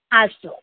अस्तु